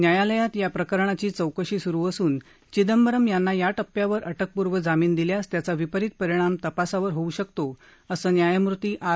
न्यायालयात या प्रकरणाची चौकशी सुरु असून चिंदबरम यांना या टप्प्यावर अटकपूर्व जामीन दिल्यास त्याचा विपरित परिणाम तपासावर होऊ शकतो असं न्यायमूर्ती आर